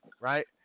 Right